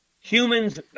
Humans